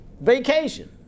vacation